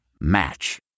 Match